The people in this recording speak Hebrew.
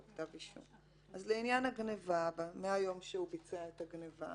כתב אישום אז לעניין הגניבה מיום שהוא ביצע את הגניבה